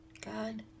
God